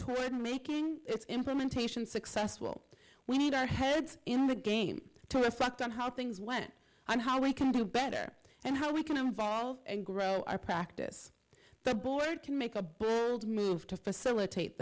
toward making its implementation successful we need our heads in the game to reflect on how things went on how we can do better and how we can involve and grow our practice the board can make a better move to facilitate